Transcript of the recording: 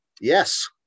yes